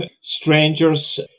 strangers